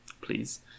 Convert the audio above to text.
Please